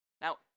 Now